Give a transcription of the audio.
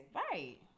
right